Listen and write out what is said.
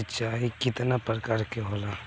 सिंचाई केतना प्रकार के होला?